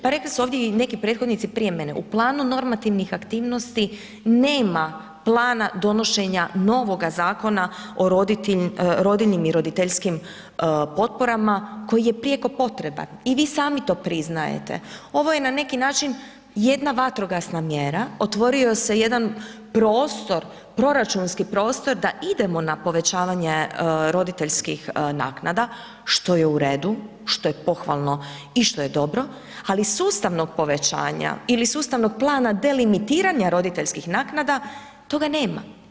Pa rekli su ovdje i neki prethodnici prije mene, u planu normativnih aktivnosti nema plana donošenja novoga Zakona o rodiljnim i roditeljskim potporama koji je prijeko potreban i vi sami to priznajete, ovo je na neki način jedna vatrogasna mjera, otvorio se jedan prostor, proračunski prostor da idemo na povećavanje roditeljskih naknada, što je u redu, što je pohvalno i što je dobro, ali sustavnog povećanja ili sustavnog plana delimitiranja roditeljskih naknada, toga nema.